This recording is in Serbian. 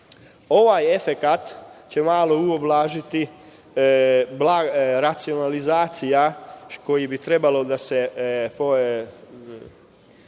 Ovaj efekat će malo ublažiti racionalizacija koja bi trebala da se odradi